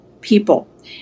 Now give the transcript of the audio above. people